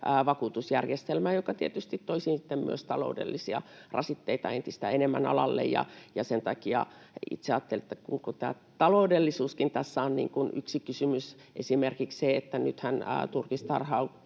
vakuutusjärjestelmä, joka tietysti toisi sitten myös taloudellisia rasitteita entistä enemmän alalle. Sen takia itse ajattelen, että koko tämä taloudellisuuskin tässä on yksi kysymys. Esimerkiksi kun nythän turkistarhaus